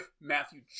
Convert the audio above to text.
Matthew